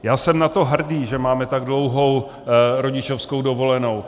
Já jsem na to hrdý, že máme tak dlouhou rodičovskou dovolenou.